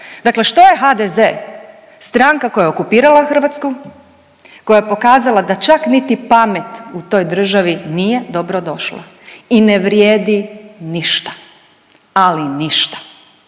Dakle, što je HDZ? Stranka koja je okupirala Hrvatsku, koja je pokazala da čak niti pamet u toj državi nije dobrodošla i ne vrijedi ništa, ali ništa.